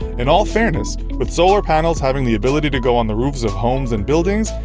in all fairness, with solar panels having the ability to go on the roofs of homes and buildings,